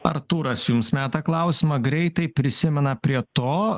artūras jums meta klausimą greitai prisimena prie to